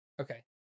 Okay